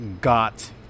got